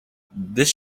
this